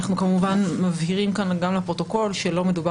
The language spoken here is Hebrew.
אנחנו כמובן מבהירים כאן גם לפרוטוקול שלא מדובר